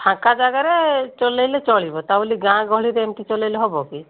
ଫାଙ୍କା ଜାଗାରେ ଚଲାଇଲେ ଚଳିବ ତା' ବୋଲି ଗାଁ ଗହଳିରେ ଏମତି ଚଲାଇଲେ ହେବ କି